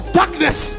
darkness